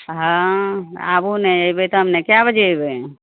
अहाँ आबू नहि एबय तब ने कए बजे एबय